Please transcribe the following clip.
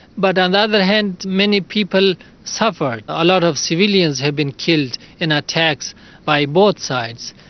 but on the other hand, many people suffered. a lot of civilians have been killed in attacks by both sides.